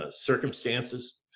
circumstances